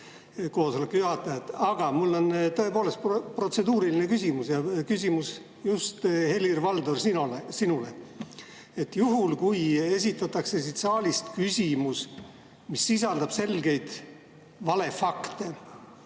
ette näeb? Mul on tõepoolest protseduuriline küsimus ja küsimus just, Helir-Valdor, sinule. Juhul, kui esitatakse siit saalist küsimus, mis sisaldab selgeid valefakte,